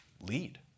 lead